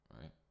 Right